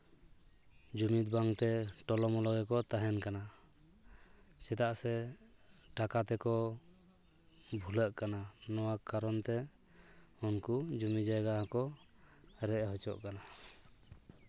ᱡᱩᱢᱤᱫ ᱵᱟᱝᱛᱮ ᱴᱚᱞᱚᱢᱚᱞᱚ ᱜᱮᱠᱚ ᱛᱟᱦᱮᱱ ᱠᱟᱱᱟ ᱪᱮᱫᱟᱜ ᱥᱮ ᱴᱟᱠᱟ ᱛᱮᱠᱚ ᱵᱷᱩᱞᱟᱹᱜ ᱠᱟᱱᱟ ᱱᱚᱣᱟ ᱠᱟᱨᱚᱱᱛᱮ ᱩᱱᱠᱩ ᱡᱚᱢᱤ ᱡᱟᱭᱜᱟ ᱦᱚᱸᱠᱚ ᱨᱮᱡ ᱦᱚᱪᱚᱜ ᱠᱟᱱᱟ